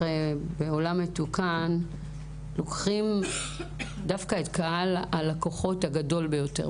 בעולם מתוקן לוקחים דווקא את קהל הלקוחות הגדול ביותר.